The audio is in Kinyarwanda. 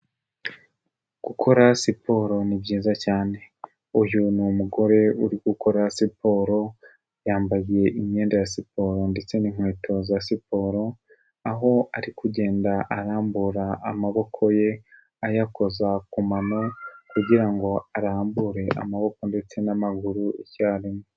Gukora siporo ni byiza cyane, uyu ni umugore uri gukora siporo yambaye imyenda ya siporo ndetse n'inkweto za siporo, aho ari kugenda arambura amaboko ye ayakoza ku mano kugira ngo arambure amaboko ndetse n'amaguru icyarimwe.